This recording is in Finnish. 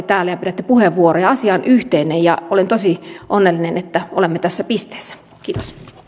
täällä ja pidätte puheenvuoroja asia on yhteinen ja olen tosi onnellinen että olemme tässä pisteessä kiitos